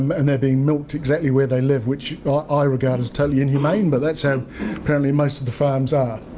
and they're being milked exactly where they live which i regard as totally inhumane, but that's how apparently most of the farms are.